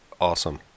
Awesome